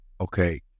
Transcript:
Okay